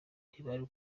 ntibari